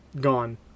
gone